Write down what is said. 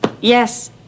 Yes